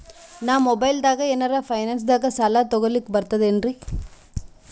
ನಾ ಮೊಬೈಲ್ದಾಗೆ ಏನರ ಫೈನಾನ್ಸದಾಗ ಸಾಲ ತೊಗೊಲಕ ಬರ್ತದೇನ್ರಿ?